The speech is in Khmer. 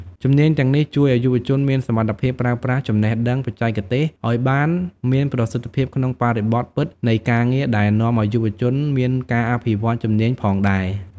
ជំនាញទាំងនេះជួយឲ្យយុវជនមានសមត្ថភាពប្រើប្រាស់ចំណេះដឹងបច្ចេកទេសឱ្យបានមានប្រសិទ្ធភាពក្នុងបរិបទពិតនៃការងារ ដែលនាំអោយយុវជនមានការអភិវឌ្ឍជំនាញផងដែរ។